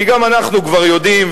כי גם אנחנו כבר יודעים,